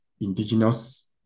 indigenous